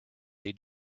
they